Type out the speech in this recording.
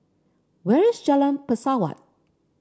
where is Jalan Pesawat